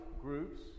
groups